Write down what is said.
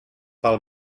pel